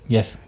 Yes